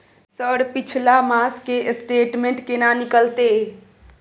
Sir पिछला मास के स्टेटमेंट केना निकलते?